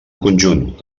conjunt